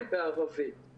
וקל וחומר כל תרפיסט שמטפל.